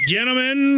Gentlemen